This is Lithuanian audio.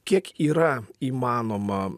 kiek yra įmanoma